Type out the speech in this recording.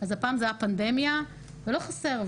הפעם זו הייתה פנדמיה, ולא חסר.